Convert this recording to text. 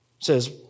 says